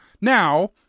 Now